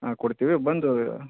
ಹಾಂ ಕೊಡ್ತೀವಿ ಬಂದು